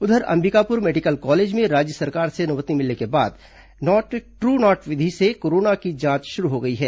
उधर Ambikapur medical college में राज्य सरकार से अनुमति मिलने के बाद टू नॉट विधि से कोरोना की जांच शुरू हो गई है